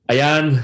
Ayan